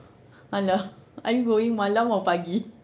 !alah! are you going malam or pagi